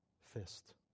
fist